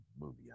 movie